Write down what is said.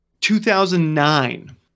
2009